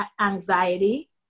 anxiety